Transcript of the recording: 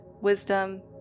wisdom